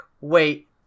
wait